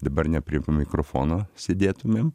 dabar ne prie mikrofono sėdėtumėm